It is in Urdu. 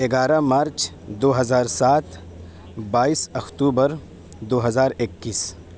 گیارہ مارچ دو ہزار سات بائیس اکتوبر دو ہزار اکیس